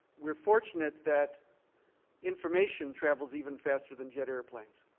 we're fortunate that information travels even faster than jet airplanes.